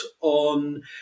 on